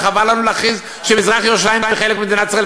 וחבל לנו להכריז שמזרח-ירושלים היא חלק ממדינת ישראל.